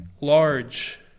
large